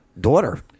Daughter